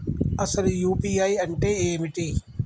అసలు యూ.పీ.ఐ అంటే ఏమిటి?